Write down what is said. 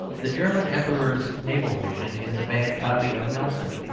the german emperor's naval vision is a bad copy of nelson,